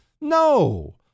No